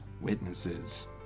witnesses